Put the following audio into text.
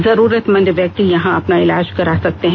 जरुरतमंद व्यक्ति यहां अपना इलाज करा सकते हैं